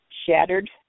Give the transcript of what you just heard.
Shattered